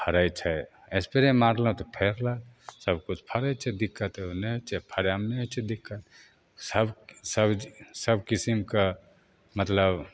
फड़य छै स्प्रै मारल हउँ तऽ फड़लाक सब किछु फड़य छै दिक्कत नहि होइ छै फड़य मेेने होइ छै दिक्कत सब सब सब किसिमके मतलब